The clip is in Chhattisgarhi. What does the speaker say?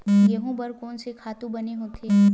गेहूं बर कोन से खातु बने होथे?